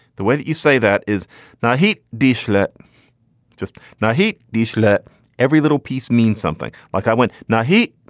the way that you say that is not heat d-flat just now. heat these. let every little piece mean something like i went, no heat.